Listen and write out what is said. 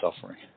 suffering